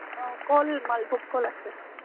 অ কল মালভোগ কল আছে